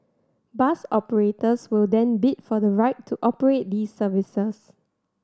bus operators will then bid for the right to operate these services